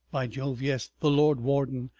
by jove, yes. the lord warden!